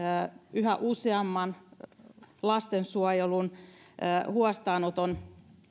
yhä useamman lastensuojelun huostaanoton